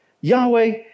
Yahweh